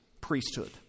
priesthood